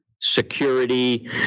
security